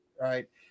right